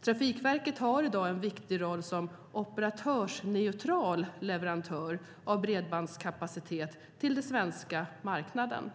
Trafikverket har i dag en viktig roll som operatörsneutral leverantör av bredbandskapacitet till den svenska marknaden.